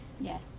Yes